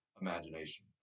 imagination